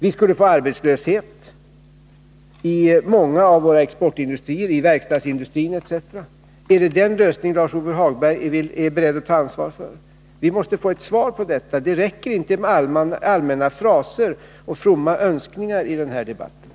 Vi skulle få arbetslöshet i många av våra exportindustrier, i verkstadsindustrin osv. Är det den lösningen som Lars-Ove Hagberg är beredd att ta ansvar för? Vi måste få ett svar. Det räcker inte med allmänna fraser och fromma önskningar i den här debatten.